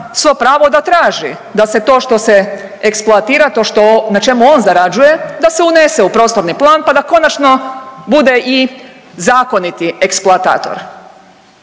svo pravo da traži da se to što se eksploatira, to što, na čemu on zarađuje da se unese u prostorni plan pa da konačno bude i zakoniti eksploatator,